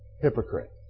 Hypocrite